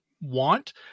want